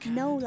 no